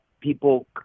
people